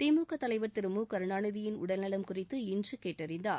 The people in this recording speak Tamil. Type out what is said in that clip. திமுக தலைவர் திரு மு கருணாநிதியின் உடல்நலம் குறித்து இன்று கேட்டறிந்தார்